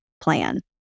plan